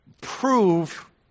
prove